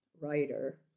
writer